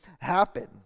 happen